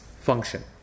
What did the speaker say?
function